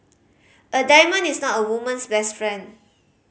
a diamond is not a woman's best friend